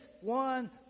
one